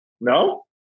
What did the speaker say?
No